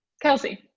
Kelsey